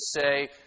say